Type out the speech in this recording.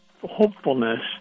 hopefulness